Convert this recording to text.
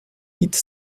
its